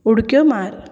उडक्यो मार